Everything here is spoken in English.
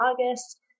August